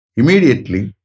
immediately